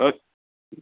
भवत्